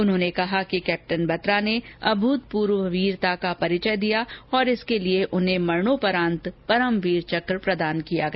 उन्होंने कहाँ कि कैप्टन बत्रा ने अभूतपूर्व वीरता का परिचय दिया और इसके लिए उन्हें मरणोपरांत परमवीर चक्र प्रदान किया गया